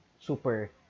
super